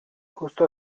justo